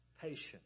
patience